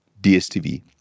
DSTV